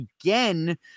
again